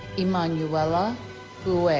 emmanuella boue